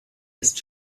ist